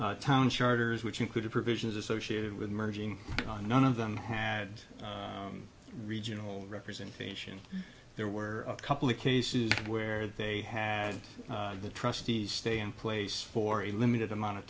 town charters which included provisions associated with merging on none of them had regional representation there were a couple of cases where they had the trustees stay in place for a limited amount of